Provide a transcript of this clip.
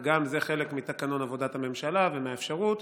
וגם זה חלק מתקנון עבודת הממשלה ומהאפשרות: